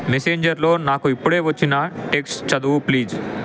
మెసెంజర్లో నాకు ఇప్పుడే వచ్చిన టెక్స్ట్ చదువు ప్లీజ్